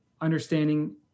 understanding